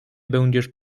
będziesz